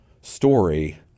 story